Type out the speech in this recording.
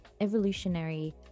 evolutionary